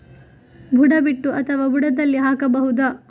ಬುಡ ಬಿಟ್ಟು ಅಥವಾ ಬುಡದಲ್ಲಿ ಹಾಕಬಹುದಾ?